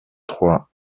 trois